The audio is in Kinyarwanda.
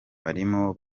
barimo